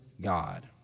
God